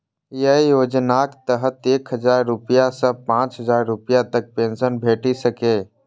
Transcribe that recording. अय योजनाक तहत एक हजार रुपैया सं पांच हजार रुपैया तक पेंशन भेटि सकैए